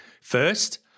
First